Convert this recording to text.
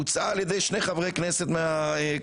הוצעה על ידי שני חברי כנסת מהקואליציה.